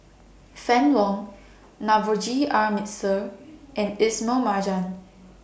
Fann Wong Navroji R Mistri and Ismail Marjan